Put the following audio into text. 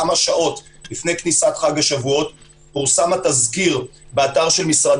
כמה שעות לפני כניסת חג השבועות פורסם התזכיר באתר של משרד